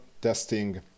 testing